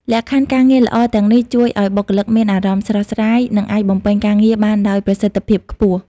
លក្ខខណ្ឌការងារល្អទាំងនេះជួយឲ្យបុគ្គលិកមានអារម្មណ៍ស្រស់ស្រាយ និងអាចបំពេញការងារបានដោយប្រសិទ្ធភាពខ្ពស់។